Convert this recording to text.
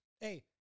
Hey